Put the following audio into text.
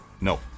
No